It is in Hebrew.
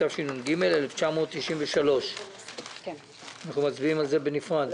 התשנ"ג 1993. אנחנו מצביעים על זה בנפרד?